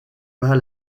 pas